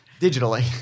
digitally